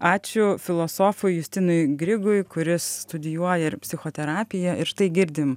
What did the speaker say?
ačiū filosofui justinui grigui kuris studijuoja ir psichoterapiją ir štai girdim